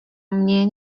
mnie